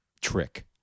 trick